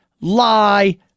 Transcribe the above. lie